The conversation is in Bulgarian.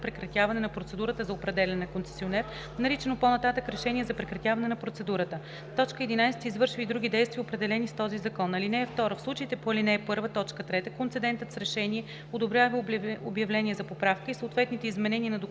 прекратяване на процедурата за определяне на концесионер, наричано по-нататък „решение за прекратяване на процедурата“; 11. извършва и други действия, определени с този закон. (2) В случаите по ал. 1, т. 3 концедентът с решение одобрява обявление за поправка и съответните изменения на документацията